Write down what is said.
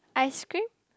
ice cream